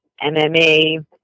MMA